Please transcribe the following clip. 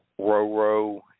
Roro